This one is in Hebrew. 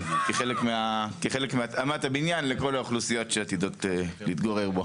כחלק מהתאמת הבניין לכל האוכלוסיות שעתידות להתגורר בו.